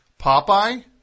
Popeye